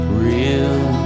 real